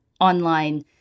online